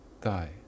die